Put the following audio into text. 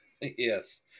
Yes